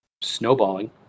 snowballing